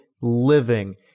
living